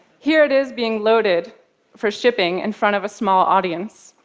here it is being loaded for shipping in front of a small audience.